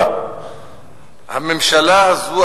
הממשלה הזו,